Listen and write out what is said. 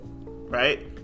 right